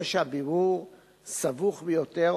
או שהבירור סבוך ביותר,